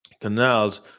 canals